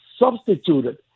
Substituted